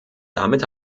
damit